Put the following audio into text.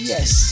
Yes